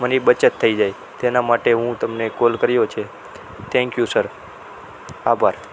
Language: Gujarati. મારી બચત થઈ જાય તેના માટે હું તમને કોલ કર્યો છે થેન્ક યુ સર આભાર